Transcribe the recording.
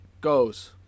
goes